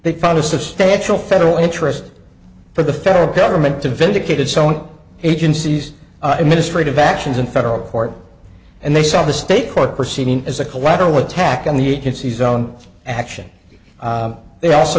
they found a substantial federal interest for the federal government to vindicated so an agency's administrative actions in federal court and they saw the state court proceeding as a collateral attack on the agency's own action they also